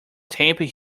tapping